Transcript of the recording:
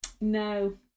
No